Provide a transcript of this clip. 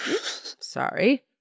sorry